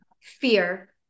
fear